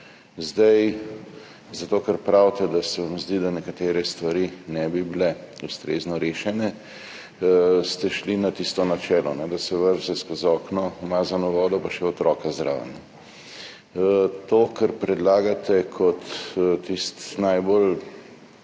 Zato ker pravite, da se vam zdi, da nekatere stvari ne bi bile ustrezno rešene, ste šli na tisto načelo, da se vrže skozi okno umazano vodo pa še otroka zraven. To, kar predlagate kot tisti najbolj